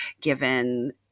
given